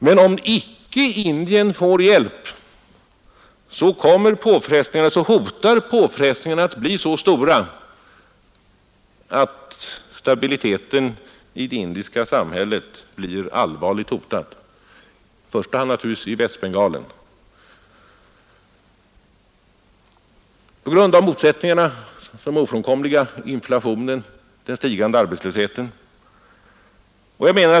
Men om Indien icke får hjälp blir påfrestningarna så stora, att stabiliteten i det indiska samhället blir allvarligt hotad, i första hand naturligtvis i Västbengalen, på grund av de ofrånkomliga motsättningarna, inflationen och den stigande arbetslösheten.